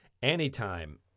Anytime